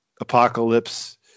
Apocalypse